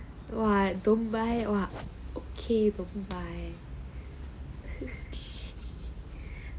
!wah! don't buy !wah! okay don't buy